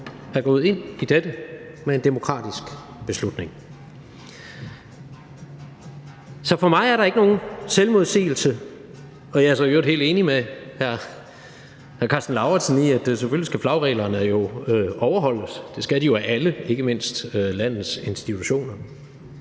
er gået ind i det ved en demokratisk beslutning. Så for mig er der ikke nogen selvmodsigelse i det. Jeg er så i øvrigt helt enig med hr. Karsten Lauritzen i, at flagreglerne selvfølgelig skal overholdes. Det skal de jo af alle, ikke mindst af landets institutioner.